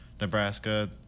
Nebraska